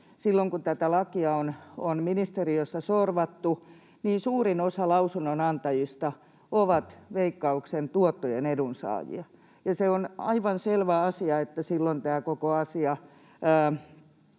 silloin, kun tätä lakia on ministeriössä sorvattu, suurin osa lausunnonantajista on ollut Veikkauksen tuottojen edunsaajia. Se on aivan selvä asia, että silloin tämä koko asia